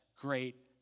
great